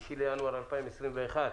5 בינואר 2021,